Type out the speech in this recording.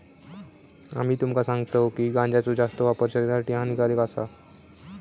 आम्ही तुमका सांगतव की गांजाचो जास्त वापर शरीरासाठी हानिकारक आसा